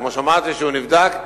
וכמו שאמרתי הוא נבדק,